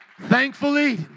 Thankfully